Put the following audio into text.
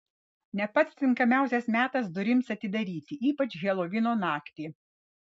ne pats tinkamiausias metas durims atidaryti ypač helovino naktį